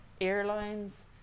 airlines